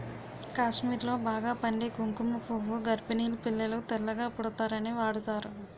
కాశ్మీర్లో బాగా పండే కుంకుమ పువ్వు గర్భిణీలు పిల్లలు తెల్లగా పుడతారని వాడుతారు